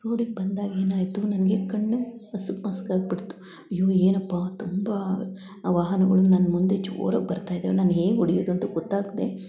ರೋಡಿಗೆ ಬಂದಾಗ ಏನಾಯಿತು ನನಗೆ ಕಣ್ಣು ಮಸುಕು ಮಸ್ಕಾಗಿ ಬಿಡ್ತು ಅಯ್ಯೋ ಏನಪ್ಪ ತುಂಬ ವಾಹನಗಳು ನನ್ನ ಮುಂದೆ ಜೋರಾಗಿ ಬರ್ತ ಇದಾವೆ ನಾನು ಹೇಗೆ ಹೊಡಿಯದ್ ಅಂತ ಗೊತ್ತಾಗದೆ